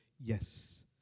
Yes